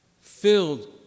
filled